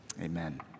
Amen